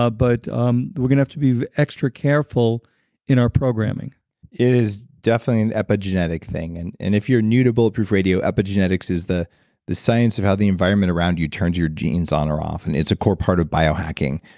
ah but um we're going to have to be extra careful in our programming it is definitely an epigenetic thing. and and if you're new to bulletproof radio, epigenetics is the the science of how the environment around you turns your genes on or off. and it's a core part of biohacking,